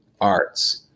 arts